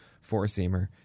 four-seamer